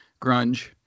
grunge